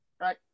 Right